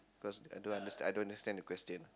cause I don't understand I don't understand the question